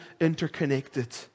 interconnected